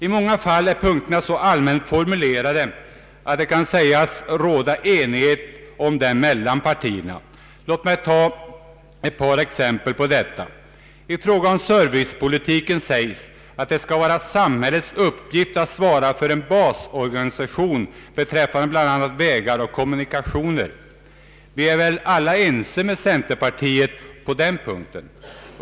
I många fall är punkterna så allmänt formulerade att det kan sägas råda enighet om dem mellan partierna. Låt mig ta ett par exempel på detta. I fråga om servicepolitiken sägs att det skall vara samhällets uppgift att svara för en basorganisation beträffande bl.a. vägar och kommunikationer. Härom är vi väl alla ense med centerpartiet.